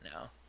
now